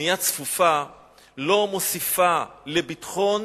וצפופה לא מוסיפה לביטחון